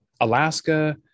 alaska